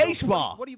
Baseball